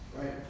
right